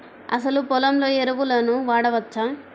అసలు పొలంలో ఎరువులను వాడవచ్చా?